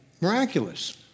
miraculous